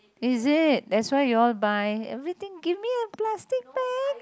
is it that's why you all buy everything give me a plastic bag